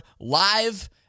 live